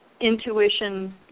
intuition